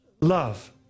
love